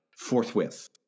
Forthwith